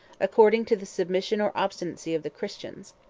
according to the submission or obstinacy of the christians.